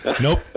Nope